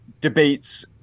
Debates